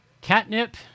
Catnip